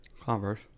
Converse